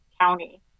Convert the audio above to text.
county